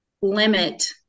limit